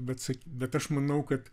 bet sa bet aš manau kad